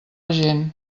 gent